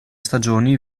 stagioni